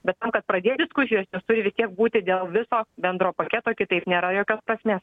bet kad pradėt diskusijas jos turi vis tiek būti dėl viso bendro paketo kitaip nėra jokios prasmės